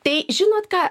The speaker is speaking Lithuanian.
tai žinot ką